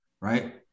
right